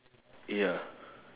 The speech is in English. ya